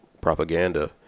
propaganda